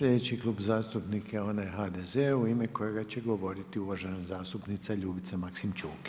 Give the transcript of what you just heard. Sljedeći Klub zastupnika je onaj HDZ-a u ime kojega će govoriti uvažena zastupnica Ljubica Maksimčuk.